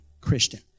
Christian